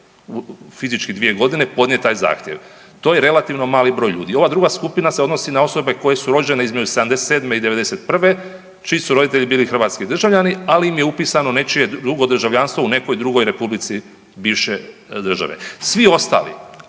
fizički 2.g. podnijet taj zahtjev. To je relativno mali broj ljudi. Ova druga skupina se odnosi na osobe koje su rođene između '77. i '91., čiji su roditelji bili hrvatski državljani, ali im je upisano nečije drugo državljanstvo u nekoj drugoj republici bivše države. Svi ostali